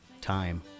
time